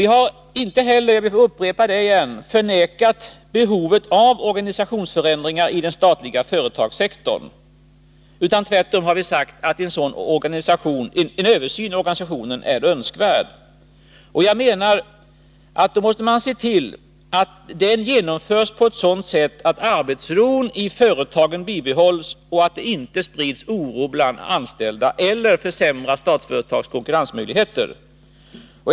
Vi har inte heller — jag vill upprepa det — förnekat behovet av organisationsförändringar i den statliga företagssektorn. Tvärtom har vi sagt att en översyn av organisationen är önskvärd. Jag menar att man då måste se tillatt den genomförs på ett sådant sätt att arbetsron i företagen bibehålls, att det inte sprids oro bland de anställda och att Statsföretags konkurrensmöjligheter inte försämras.